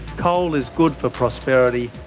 coal is good for prosperity,